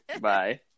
Bye